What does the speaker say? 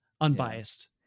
unbiased